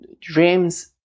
dreams